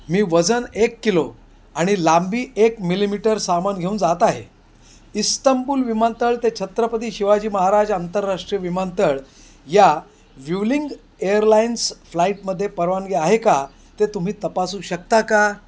मी वजन एक किलो आणि लांबी एक मिलिमीटर सामान घेऊन जात आहे इस्तंबूल विमानतळ ते छत्रपती शिवाजी महाराज आंतरराष्ट्रीय विमानतळ या व्ह्युलिंग एअरलाइन्स फ्लाइटमध्ये परवानगी आहे का ते तुम्ही तपासू शकता का